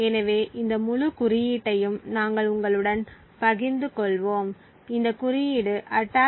எனவே இந்த முழு குறியீட்டையும் நாங்கள் உங்களுடன் பகிர்ந்துகொள்வோம் இந்த குறியீடு attack